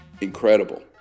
Incredible